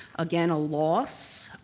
again a loss,